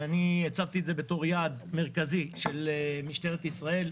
הצבתי את זה בתור יעד מרכזי של משטרת ישראל.